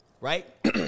right